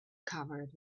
covered